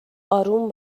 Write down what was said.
آروم